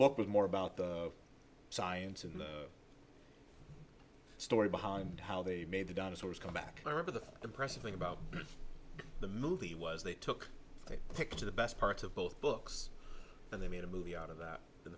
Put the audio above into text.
book was more about the science and story behind how they made the dinosaurs come back i remember the impressive thing about the movie was they took a picture the best parts of both books and they made a movie out of that